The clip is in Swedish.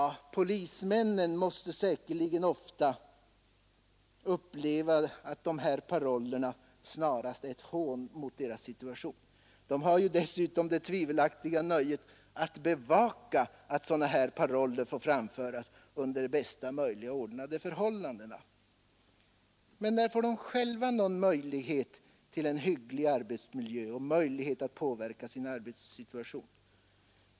Polismännen upplever säkerligen ofta de här parollerna som ett hån mot sig själva. De har ju dessutom det tvivelaktiga nöjet att bevaka att sådana paroller kan framföras under bästa möjliga ordnade förhållanden. Men när får de själva någon möjlighet till en hygglig arbetsmiljö och möjlighet att påverka sin arbetssituation?